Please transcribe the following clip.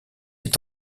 est